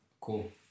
cool